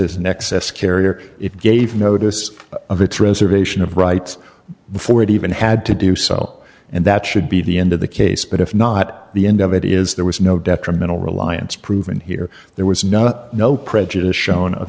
as an excess carrier it gave notice of its reservation of rights before it even had to do so and that should be the end of the case but if not the end of it is there was no detrimental reliance proven here there was not no prejudice shown of